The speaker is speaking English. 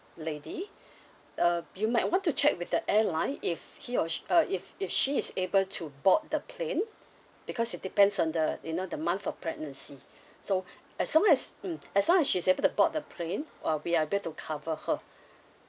lady uh you might want to check with the airline if he or she uh if if she is able to board the plane because it depends on the you know the month of pregnancy so as long as mm as long as she's able to board the plane uh we are able to cover her